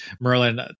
Merlin –